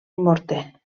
morter